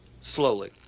slowly